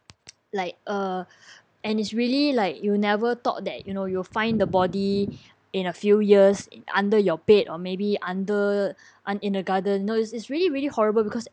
like uh and it's really like you never thought that you know you will find the body in a few years in under your bed or maybe under un~ in a garden you know it's really really horrible because